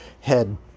head